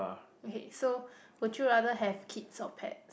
okay so would you rather have kids or pet